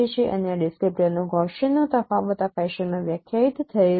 અને આ ડિસ્ક્રિપ્ટર નો ગૌસીયનનો તફાવત આ ફેશનમાં વ્યાખ્યાયિત થયેલ છે